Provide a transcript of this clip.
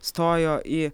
stojo į